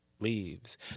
leaves